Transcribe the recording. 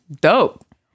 dope